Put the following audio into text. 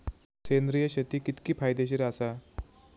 सेंद्रिय शेती कितकी फायदेशीर आसा?